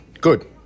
good